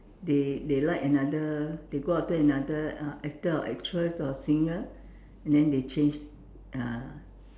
they they like another they go after another uh actor or actress or singer and then they change uh